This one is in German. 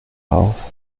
auf